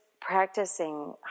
practicing